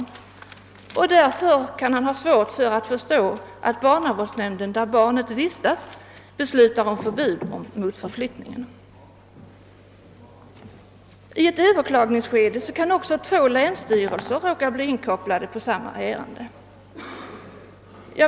Då kan vederbörande ha svårt att förstå att barnavårdsnämnden i den kommun där barnet vistas beslutar om förbud mot förflyttning. I ett överklagningsskede kan också två länsstyrelser råka bli inkopplade på samma ärende.